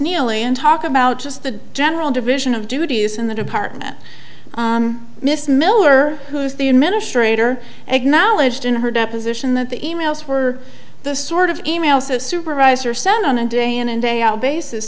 neily and talk about just the general division of duties in the department miss miller who's the administrator acknowledged in her deposition that the emails were the sort of e mails a supervisor sent on a day in and day out basis